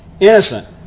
innocent